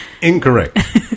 Incorrect